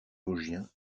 vosgiens